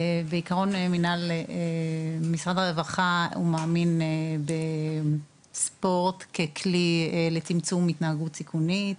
בעקרון משרד הרווחה מאמין בספורט ככלי לצמצום התנהגות סיכונית.